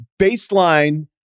baseline